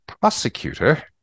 prosecutor